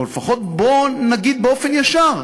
או לפחות בואו נגיד באופן ישר,